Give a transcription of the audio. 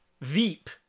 Veep